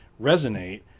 resonate